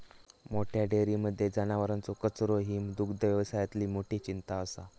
मोठ्या डेयरींमध्ये जनावरांचो कचरो ही दुग्धव्यवसायातली मोठी चिंता असा